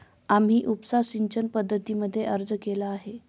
आम्ही उपसा सिंचन पद्धतीसाठी अर्ज केला आहे